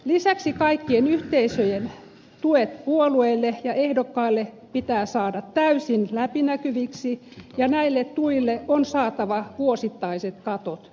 lisäksi kaikkien yhteisöjen tuet puolueille ja ehdokkaille pitää saada täysin läpinäkyviksi ja näille tuille on saatava vuosittaiset katot